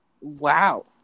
Wow